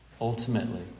Ultimately